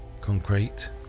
Concrete